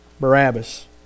Barabbas